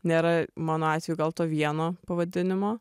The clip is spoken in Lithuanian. nėra mano atveju gal to vieno pavadinimo